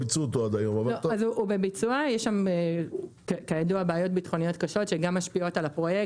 יש שם כידוע בעיות ביטחוניות קשות שגם משפיעות על הפרויקט,